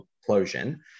explosion